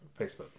Facebook